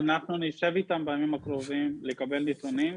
אנחנו נשב איתם בימים הקרובים לקבל נתונים,